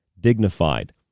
dignified